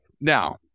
now